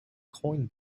coin